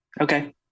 Okay